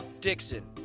dixon